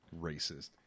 racist